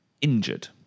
injured